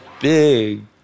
big